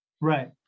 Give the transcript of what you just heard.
Right